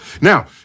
Now